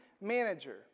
manager